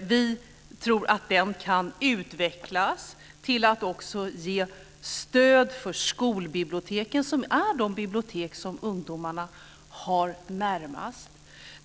Vi tror att den kan utvecklas till att också ge stöd för skolbiblioteken som är de bibliotek som ligger närmast ungdomarna.